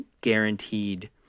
guaranteed